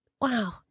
Wow